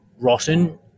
rotten